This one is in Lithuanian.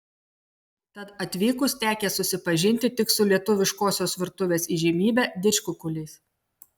tad atvykus tekę susipažinti tik su lietuviškosios virtuvės įžymybe didžkukuliais